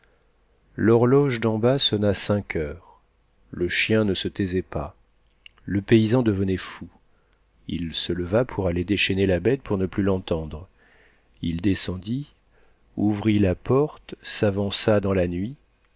l'horloge d'en bas sonna cinq heures le chien ne se taisait pas le paysan devenait fou il se leva pour aller déchaîner la bête pour ne plus l'entendre il descendit ouvrit la porte s'avança dans la nuit